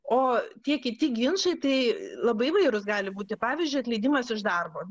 o tie kiti ginčai tai labai įvairūs gali būti pavyzdžiui atleidimas iš darbo